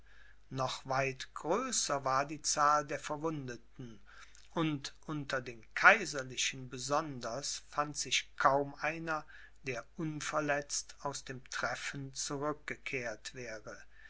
noch weit größer war die zahl der verwundeten und unter den kaiserlichen besonders fand sich kaum einer der unverletzt aus dem treffen zurückgekehrt wäre